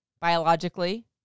biologically